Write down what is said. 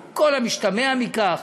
על כל המשתמע מכך.